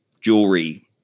jewelry